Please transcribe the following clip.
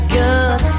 good